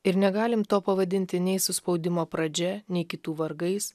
ir negalim to pavadinti nei suspaudimo pradžia nei kitų vargais